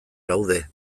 gaude